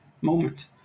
moment